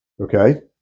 Okay